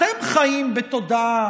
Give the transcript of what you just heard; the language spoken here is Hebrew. אתם חיים בתודעה